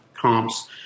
comps